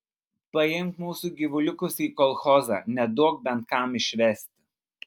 paimk mūsų gyvuliukus į kolchozą neduok bet kam išvesti